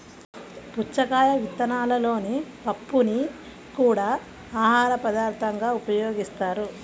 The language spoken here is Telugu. పుచ్చకాయ విత్తనాలలోని పప్పుని కూడా ఆహారపదార్థంగా ఉపయోగిస్తారు